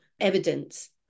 evidence